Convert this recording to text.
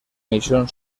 misión